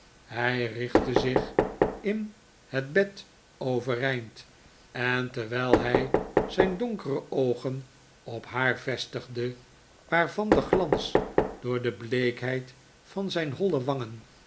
hij richtte zich in het bed overeind en terwijl hij zijn donkere oogen op haar vestigde waarvan de glans door de bleekheid van zijn holle wangen